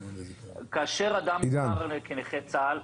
כאשר אדם מוכר כנכה צה"ל,